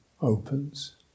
opens